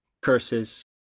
curses